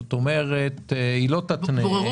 כלומר, היא לא תתנה.